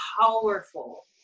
powerful